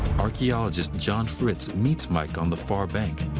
archaeologist john fritz meets mike on the far bank.